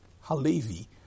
Halevi